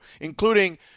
including